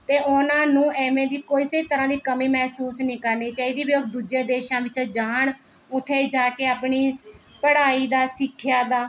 ਅਤੇ ਉਹਨਾਂ ਨੂੰ ਐਵੇਂ ਦੀ ਕਿਸੇ ਤਰ੍ਹਾਂ ਦੀ ਕਮੀ ਮਹਿਸੂਸ ਨਹੀਂ ਕਰਨੀ ਚਾਹੀਦੀ ਵੀ ਉਹ ਦੂਜੇ ਦੇਸ਼ਾਂ ਵਿੱਚ ਜਾਣ ਉੱਥੇ ਜਾ ਕੇ ਆਪਣੀ ਪੜ੍ਹਾਈ ਦਾ ਸਿੱਖਿਆ ਦਾ